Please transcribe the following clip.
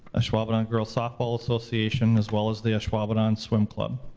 ashwaubenon girls softball association, as well as the ashwaubenon swim club.